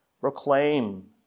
proclaim